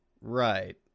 Right